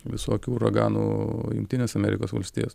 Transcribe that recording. visokių uraganų jungtinės amerikos valstijos